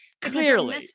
Clearly